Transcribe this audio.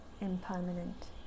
impermanent